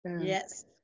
Yes